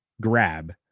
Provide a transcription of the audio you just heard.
grab